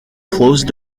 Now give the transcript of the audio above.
closed